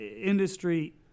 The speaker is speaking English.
industry